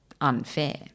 unfair